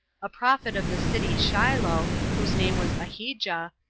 a prophet of the city shilo, whose name was ahijah,